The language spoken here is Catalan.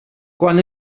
quan